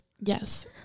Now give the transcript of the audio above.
Yes